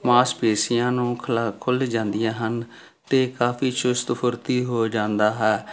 ਮਾਸਪੇਸ਼ੀਆਂ ਨੂੰ ਖੁਲ੍ਹਾ ਖੁੱਲ੍ਹ ਜਾਂਦੀਆਂ ਹਨ ਅਤੇ ਕਾਫ਼ੀ ਚੁਸਤ ਫੁਰਤੀ ਹੋ ਜਾਂਦਾ ਹੈ